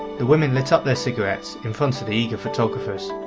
the women lit up their cigarettes in front of the eager photographers.